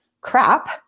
crap